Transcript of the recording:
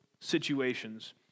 situations